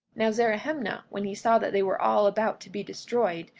now zerahemnah, when he saw that they were all about to be destroyed,